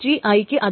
Ti ക്ക് അത് വേണം